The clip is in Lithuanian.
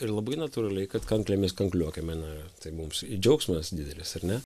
ir labai natūraliai kad kanklėmis kankliuokime na tai mums džiaugsmas didelis ar ne